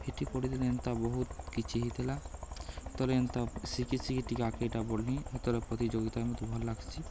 ହିଟି ପଡ଼ିଥିନି ହେନ୍ତା ବହୁତ୍ କିଛି ହେଇଥିଲା ଥରେ ହେନ୍ତା ଶିଖି ଶିଖି ଟିକେ ଆଗ୍କେ ଇଟା ବଢ଼୍ନି ଇ ଥରେ ପ୍ରତିଯୋଗିତା ମତେ ଭଲ୍ ଲାଗ୍ସି